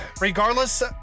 regardless